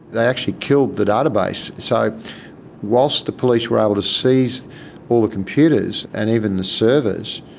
they actually killed the database, so whilst the police were able to seize all the computers and even the servers,